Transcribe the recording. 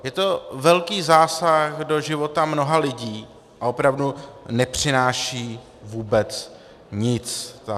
Je to velký zásah do života mnoha lidí a opravdu nepřináší vůbec nic tato vlna.